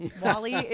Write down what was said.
Wally